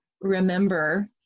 remember